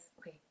okay